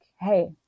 Hey